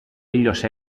ήλιος